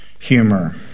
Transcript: humor